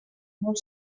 molt